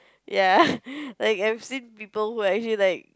ya like I have seen people who actually like